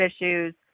issues